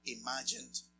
imagined